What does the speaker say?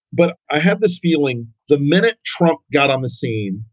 but i had this feeling. the minute trump got on the scene,